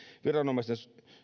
viranomaisten